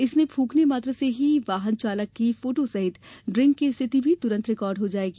इसमें फूँकने मात्र से वाहन चालक की फोटो सहित ड्रिंक की स्थिति भी तुरंत रिकार्ड होगी